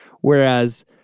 whereas